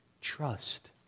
Trust